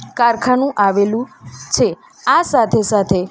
કારખાનું આવેલું છે આ સાથે સાથે